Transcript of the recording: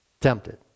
tempted